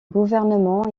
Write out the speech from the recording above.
gouvernement